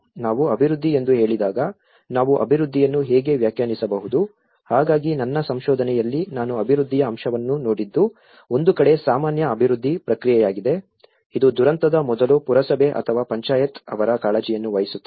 ನಾವು ಅಭಿವೃದ್ಧಿ ಎಂದು ಹೇಳಿದಾಗ ನಾವು ಅಭಿವೃದ್ಧಿಯನ್ನು ಹೇಗೆ ವ್ಯಾಖ್ಯಾನಿಸಬಹುದು ಹಾಗಾಗಿ ನನ್ನ ಸಂಶೋಧನೆಯಲ್ಲಿ ನಾನು ಅಭಿವೃದ್ಧಿಯ ಅಂಶವನ್ನು ನೋಡಿದ್ದು ಒಂದು ಕಡೆ ಸಾಮಾನ್ಯ ಅಭಿವೃದ್ಧಿ ಪ್ರಕ್ರಿಯೆಯಾಗಿದೆ ಇದು ದುರಂತದ ಮೊದಲು ಪುರಸಭೆ ಅಥವಾ ಪಂಚಾಯತ್ ಅವರ ಕಾಳಜಿಯನ್ನು ವಹಿಸುತ್ತದೆ